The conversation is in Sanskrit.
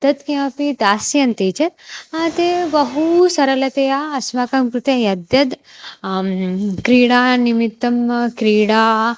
तत् किमपि दास्यन्ति चेत् ह ते बहु सरलतया अस्माकं कृते यद्यद् क्रीडानिमित्तं क्रीडा